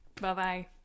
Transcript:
Bye-bye